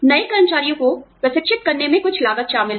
नए कर्मचारियों को प्रशिक्षित करने में कुछ लागत शामिल है